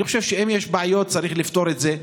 אני חושב שאם יש בעיות, צריך לפתור את זה.